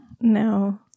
no